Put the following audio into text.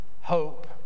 hope